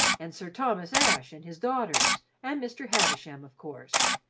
and sir thomas asshe and his daughters, and mr. havisham, of course,